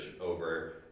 over